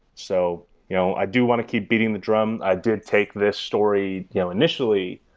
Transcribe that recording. so you know i do want to keep beating the drum. i did take this story you know initially.